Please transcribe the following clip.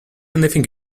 anything